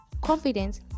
confidence